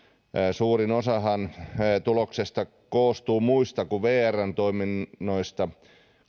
suurin osahan tuloksesta koostuu muista kuin vrn toiminnoista